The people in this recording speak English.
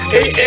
Hey